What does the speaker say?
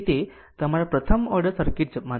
તેથી તે પછી તમારા પ્રથમ ઓર્ડર સર્કિટ માં જશે